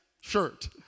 shirt